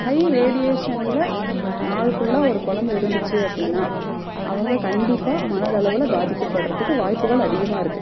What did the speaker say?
high ரேடியேஷனில் நாள் ஃபுல்லாக ஒரு கொழந்தை இருந்துச்சு அப்படினா அவங்க கண்டிப்பாக மனதளவில் பாதிக்கப்படுறத்துக்கு வாய்ப்புகள் அதிகமாக இருக்கு